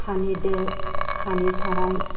हानि दो हानि साराइ